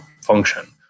function